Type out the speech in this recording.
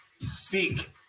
seek